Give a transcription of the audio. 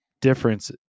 Difference